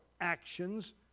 actions